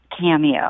cameo